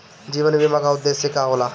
जीवन बीमा का उदेस्य का होला?